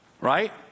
right